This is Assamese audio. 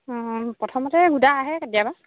প্ৰথমতে ঘোদা আহে কেতিয়াবা